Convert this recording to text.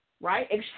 right